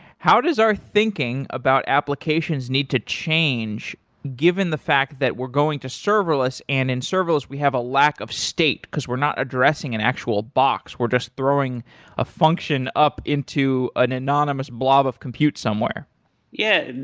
how does our thinking about applications need to change given the fact that we're going to serverless, and in serverless we have a lack of state, because we're not addressing an actual box, we're just throwing a function up into an anonymous blob of compute somewhere yeah.